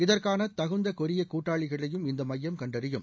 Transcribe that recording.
இதற்கான தகுந்த கொரிய கூட்டாளிகளையும் இந்த மையம் கண்டறியும்